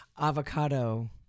Avocado